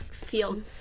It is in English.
feel